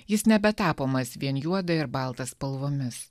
jis nebetapomas vien juoda ir balta spalvomis